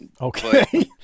Okay